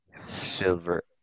silver